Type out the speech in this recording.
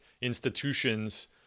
institutions